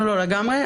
לגמרי,